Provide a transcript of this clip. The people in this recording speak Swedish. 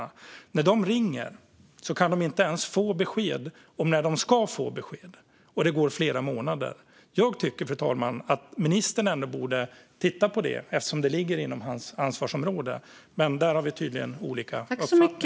Men när de nu ringer kan de inte ens få besked om när de ska få besked trots att det gått flera månader. Fru talman! Jag tycker att ministern borde titta på detta eftersom det ligger inom hans ansvarsområde. Men här har vi tydligen olika uppfattning.